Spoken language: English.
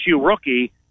rookie